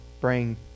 bring